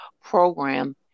program